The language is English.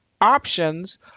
options